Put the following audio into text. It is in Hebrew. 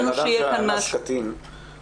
שיהיה כאן משהו --- חייב לומר שאדם שאנס קטין,